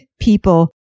people